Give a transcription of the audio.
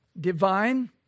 Divine